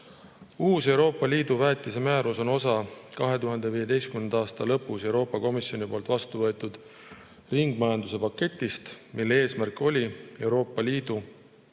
Uus Euroopa Liidu väetise[toodete] määrus on osa 2015. aasta lõpus Euroopa Komisjoni poolt vastu võetud ringmajanduse paketist, mille eesmärk oli Euroopa Liidu